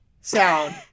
sound